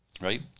Right